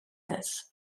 this